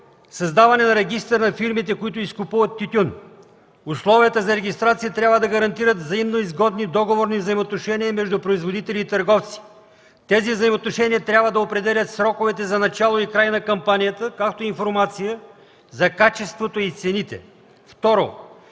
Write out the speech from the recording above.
създаване на регистър на фирмите, които изкупуват тютюн, условията за регистрация трябва да гарантират взаимноизгодни договорни взаимоотношения между производители и търговци. Тези взаимоотношения трябва да определят сроковете за начало и край на кампанията, както и информация за качеството и цените. Второ,